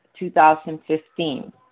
2015